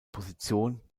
position